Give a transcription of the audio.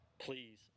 please